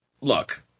look